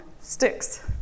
sticks